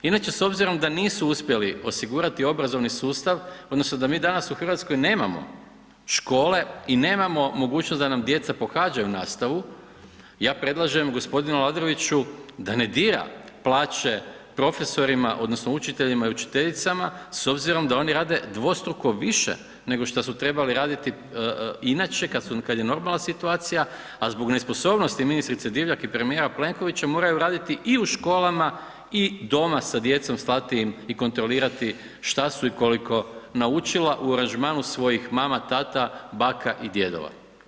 Inače, s obzirom da nisu uspjeli osigurati obrazovni sustav, odnosno da mi danas u Hrvatskoj nemamo škole i nemamo mogućnost da nam djeca pohađaju nastavu, ja predlažem g. Aladroviću da ne dira plaće profesorima odnosno učiteljima i učiteljicama s obzirom da oni rade dvostruko više nego što su trebali raditi inače kad je normalna situacija, a zbog nesposobnosti ministrice Divjak i premijera Plenkovića moraju raditi i u školama i doma sa djecom, slati im i kontrolirati što su i koliko naučila u aranžmanu svojih mama, tata, baka i djedova.